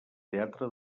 teatre